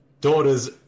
daughter's